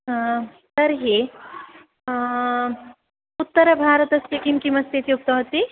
तर्हि उत्तरभारतस्य किं किमस्तीति उक्तवति